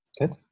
Good